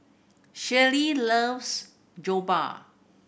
Shirlie loves Jokbal